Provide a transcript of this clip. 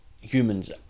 humans